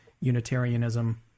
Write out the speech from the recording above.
unitarianism